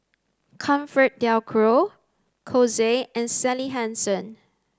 ComfortDelGro Kose and Sally Hansen